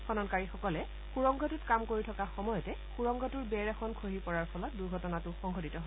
খননকাৰীসকলে সুৰংগটোত কাম কৰি থকা সময়তে সুৰংগটোৰ বেৰ এখন খহি পৰাৰ ফলত দুৰ্ঘটনাটো সংঘটিত হয়